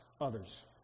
others